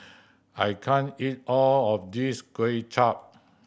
I can't eat all of this Kuay Chap